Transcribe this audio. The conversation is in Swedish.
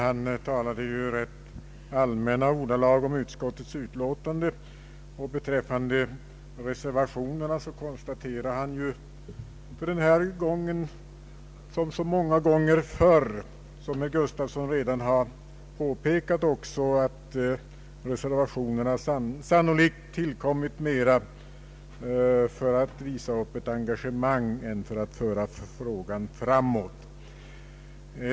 Han talade i rätt allmänna ordalag om utskottets utlåtande, och beträffande reservationerna konstaterade han denna gång, som så många gånger förr, vilket herr Gustafsson redan har påpekat, att reservationerna sannolikt tillkommit mera för att visa upp ett engagemang än för att föra frågan framåt.